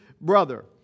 brother